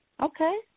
Okay